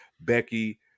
Becky